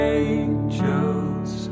angels